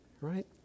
right